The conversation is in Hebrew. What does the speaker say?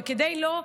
אבל כדי לא,